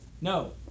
No